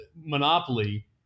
Monopoly